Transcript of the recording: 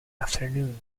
afternoon